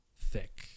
thick